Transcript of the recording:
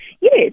Yes